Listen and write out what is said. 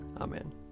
Amen